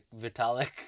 Vitalik